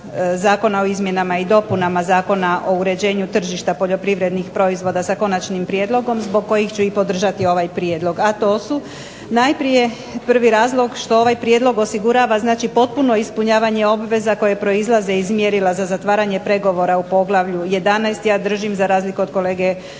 Zakona o izmjenama i dopunama Zakona o uređenju tržišta poljoprivrednih proizvoda sa konačnim prijedlogom zbog kojih ću i podržati ovaj prijedlog, a to su: najprije prvi razlog što ovaj prijedlog osigurava znači potpuno ispunjavanje obveza koje proizlaze iz mjerila za zatvaranje pregovora u Poglavlju 11. – ja držim za razliku od kolege Grubišića